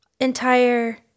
entire